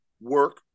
work